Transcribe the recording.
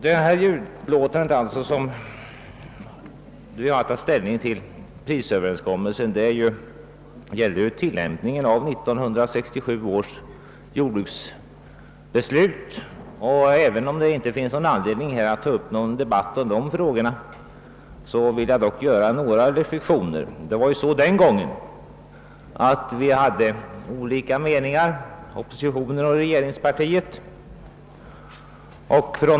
Det utlåtande om prisöverenskommelsen som vi har att ta ställning till gäller tillämpning av 1967 års jordbruksbeslut. även om det inte finns någon anledning att här ta upp en debatt om de frågorna, vill jag ändå göra några reflexioner. Den gången hade regeringspartiet och oppositionen olika meningar.